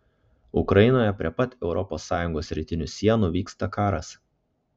ukrainoje prie pat europos sąjungos rytinių sienų vyksta karas